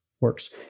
works